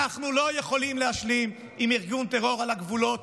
אנחנו לא יכולים להשלים עם ארגון טרור על הגבולות,